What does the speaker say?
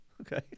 Okay